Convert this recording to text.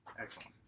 Excellent